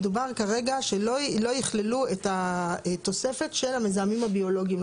מדובר כרגע שלא יכללו את התוספת של המזהמים הביולוגיים,